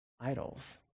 idols